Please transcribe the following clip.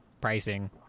pricing